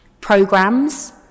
programs